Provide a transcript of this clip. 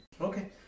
Okay